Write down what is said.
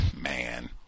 man